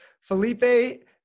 Felipe